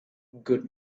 good